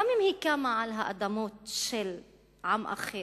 גם אם היא קמה על האדמות של עם אחר,